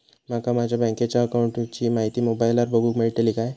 माका माझ्या बँकेच्या अकाऊंटची माहिती मोबाईलार बगुक मेळतली काय?